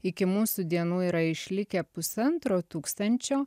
iki mūsų dienų yra išlikę pusantro tūkstančio